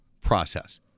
process